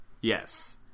yes